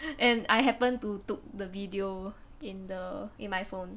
and I happen to took the video in the in my phone